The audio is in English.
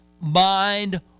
mind